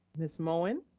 ms. moen?